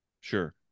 sure